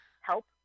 help